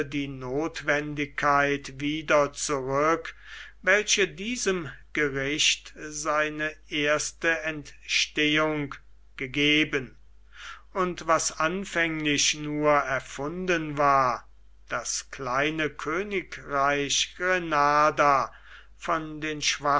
die notwendigkeit wieder zurück welche diesem gericht seine erste entstehung gegeben und was anfänglich nur erfunden war das kleine königreich granada von den